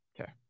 Okay